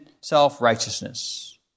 self-righteousness